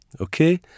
okay